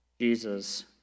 Jesus